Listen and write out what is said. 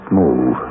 move